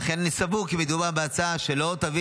ואכן אני סבור כי מדובר בהצעה שלא תביא